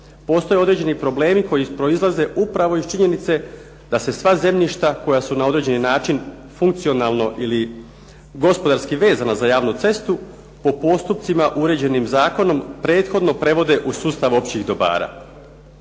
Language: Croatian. postoje određeni problemi koji proizlaze upravo iz činjenice da se sva zemljišta koja su na određeni način funkcionalno ili gospodarski vezana za javnu cestu po postupcima uređenim zakonom prethodno prevode u sustav općih dobara.